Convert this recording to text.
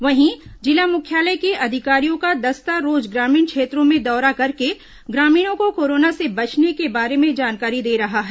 वहीं जिला मुख्यालय के अधिकारियों का दस्ता रोज ग्रामीण क्षेत्रों में दौरा करके ग्रामीणों को कोरोना से बचने के बारे में जानकारी दे रहा है